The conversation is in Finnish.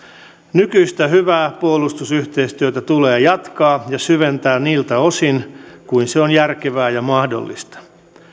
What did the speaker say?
nykyistä hyvää puolustusyhteistyötä tulee jatkaa ja syventää niiltä osin kuin se on järkevää ja mahdollista